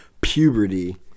puberty